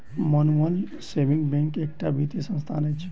mutual saving bank एकटा वित्तीय संस्था अछि